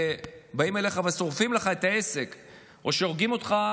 ובאים אליך ושורפים לך את העסק או שהורגים אותך